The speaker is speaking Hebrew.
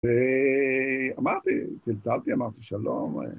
ואמרתי, צלצלתי, אמרתי שלום.